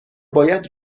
باید